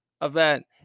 event